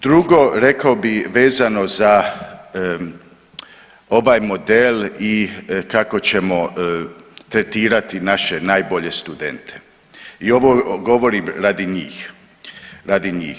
Drugo, rekao bih, vezano za ovaj model i kako ćemo tretirati naše najbolje studente i ovo govorim radi njih, radi njih.